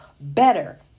better